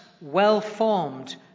well-formed